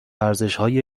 ارزشهای